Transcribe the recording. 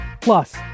Plus